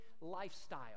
lifestyle